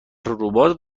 روباز